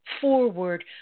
forward